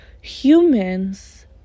humans